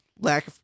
Lack